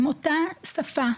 עם אותה שפה,